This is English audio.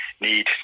Need